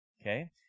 Okay